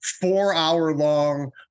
four-hour-long